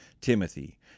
Timothy